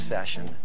Session